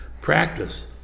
Practice